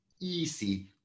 easy